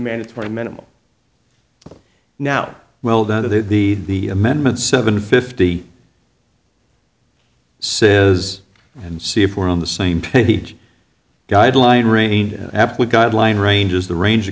mandatory minimum now well the the the amendment seven fifty says and see if we're on the same page guideline range absolute guideline ranges the range of